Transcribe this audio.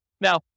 Now